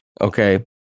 Okay